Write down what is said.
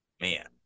Man